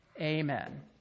Amen